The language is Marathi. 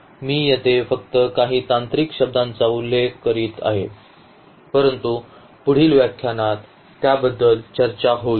तर मी येथे फक्त काही तांत्रिक शब्दांचा उल्लेख करीत आहे परंतु पुढील व्याख्यानात त्याबद्दल चर्चा होईल